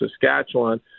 saskatchewan